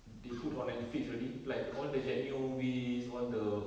they put on netflix already like all the jack neo movies all the